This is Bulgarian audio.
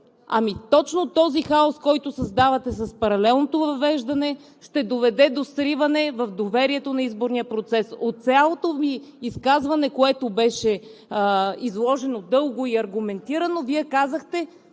точно този хаос, който създавате с паралелното въвеждане, ще доведе до сриване на доверието в изборния процес. От цялото Ви изказване, което беше изложено дълго и аргументирано, Вие казахте: